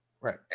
Right